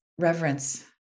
Reverence